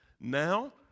Now